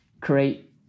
create